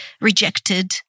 rejected